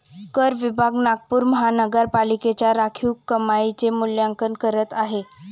कर विभाग नागपूर महानगरपालिकेच्या राखीव कमाईचे मूल्यांकन करत आहे